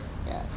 ya